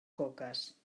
coques